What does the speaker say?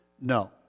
no